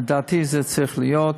לדעתי, זה צריך להיות.